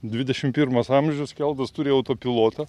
dvidešimt pirmas amžius keltas turi autopilotą